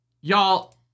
Y'all